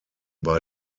bei